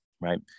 right